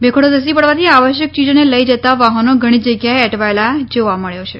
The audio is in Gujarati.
ભેખડો ધસી પડવાથી આવશ્યક ચીજોને લઈ જતા વાહનો ઘણી જગ્યાએ અટવાયેલા જોવા મબ્યો છે